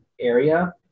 area